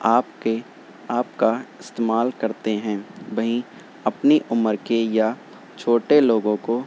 آپ کے آپ کا استعمال کرتے ہیں وہیں اپنی عمر کے یا چھوٹے لوگوں کو